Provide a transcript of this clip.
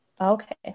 okay